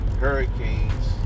hurricanes